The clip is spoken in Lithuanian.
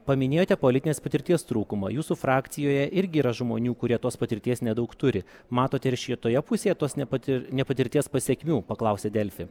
paminėjote politinės patirties trūkumą jūsų frakcijoje irgi yra žmonių kurie tos patirties nedaug turi matote ir šitoje pusėje tos nepatir nepatirties pasekmių paklausė delfi